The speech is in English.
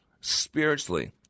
spiritually